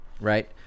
Right